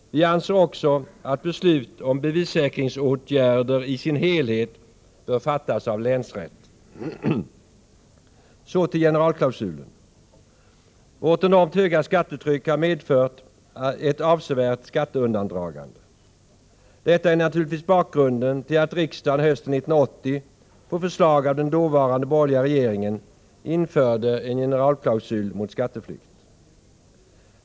Vi anser också att beslut om bevissäkringsåtgärder i sin helhet bör fattas av länsrätt. Så till generalklausulen. Vårt enormt höga skattetryck har medfört ett avsevärt skatteundandragande. Detta är naturligtvis bakgrunden till att riksdagen hösten 1980, på förslag av den dåvarande borgerliga regeringen, införde en generalklausul mot skatteflykt.